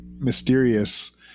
mysterious